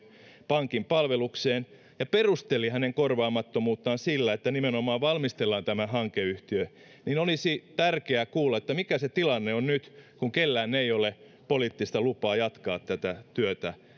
pankin palvelukseen ja perusteli hänen korvaamattomuuttaan sillä että nimenomaan valmistellaan tämä hankeyhtiö niin olisi tärkeä kuulla mikä se tilanne on nyt kun kenelläkään ei ole poliittista lupaa jatkaa tätä työtä